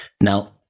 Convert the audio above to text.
Now